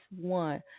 one